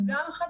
וזה גם חדש: